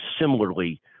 similarly